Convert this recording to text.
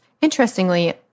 interestingly